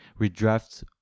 redraft